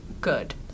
good